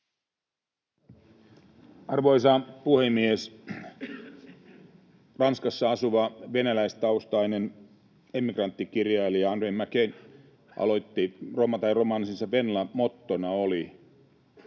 Arvoisa puhemies! Ranskassa asuvan venäläistaustaisen emigranttikirjailijan Andreï Makinen romaanin mottona oli